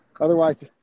Otherwise